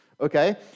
okay